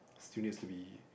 still needs to be